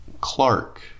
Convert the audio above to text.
Clark